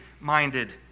minded